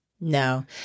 No